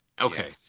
Okay